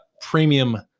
premium